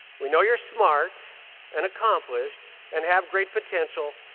we know you're smart and accomplished and have great potential,